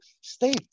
Stay